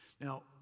Now